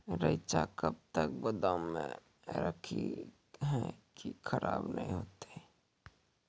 रईचा कब तक गोदाम मे रखी है की खराब नहीं होता?